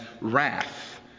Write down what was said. wrath